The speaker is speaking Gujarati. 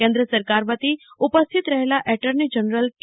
કેન્દ્ર સરકાર વતી ઉપસ્થિત રહેલા એટર્ની જનરલ કે